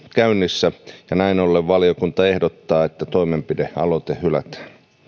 käynnissä ja näin ollen valiokunta ehdottaa että toimenpidealoite hylätään